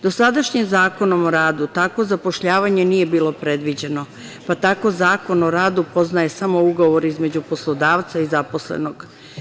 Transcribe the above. Dosadašnjim Zakonom o radu takvo zapošljavanje nije bilo predviđeno, pa tako Zakon o radu poznaje samo ugovor između poslodavca i zaposlenog.